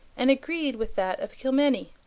and agreed with that of kilmeny,